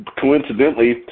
coincidentally